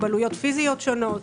ילדים עם מוגבלויות פיזיות שונות.